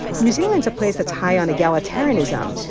new zealand's a place that's high on egalitarianism,